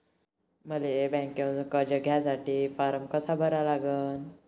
मले बँकेमंधून कर्ज घ्यासाठी फारम कसा भरा लागन?